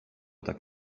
tak